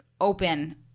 open